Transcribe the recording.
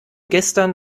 gestern